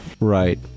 right